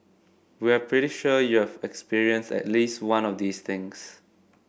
we're pretty sure you've experienced at least one of these things